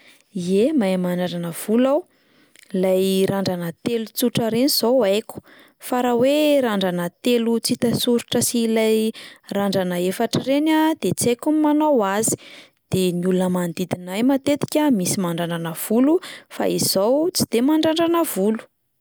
Ie, mahay mandrandrana volo aho, 'lay randrana telo tsotra ireny izao haiko fa raha hoe randrana telo tsy hita soritra sy ilay randrana efatra ireny a de tsy haiko ny manao azy, de ny olona manodidina ahy matetika misy mandrandrana volo fa izaho tsy de mandrandrana volo.